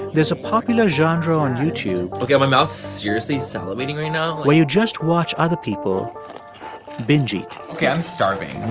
there's a popular genre on youtube. ok, my mouth's seriously salivating right now. where you just watch other people binge eat ok, i'm starving,